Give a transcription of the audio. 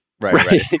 Right